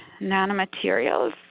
nanomaterials